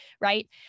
right